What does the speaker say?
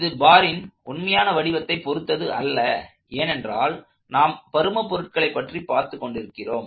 இது பாரின் உண்மையான வடிவத்தை பொறுத்தது அல்ல ஏனென்றால் நாம் பரும பொருட்களைப் பற்றி பார்த்துக் கொண்டிருக்கிறோம்